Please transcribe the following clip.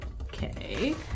Okay